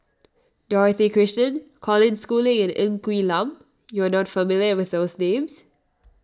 Dorothy Krishnan Colin Schooling and Ng Quee Lam you are not familiar with these names